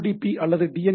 UDP அல்லது D